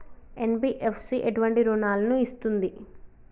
NBFC ఎటువంటి రుణాలను ఇస్తుంది?